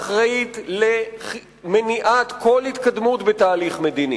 הממשלה שאחראית למניעת כל התקדמות בתהליך מדיני,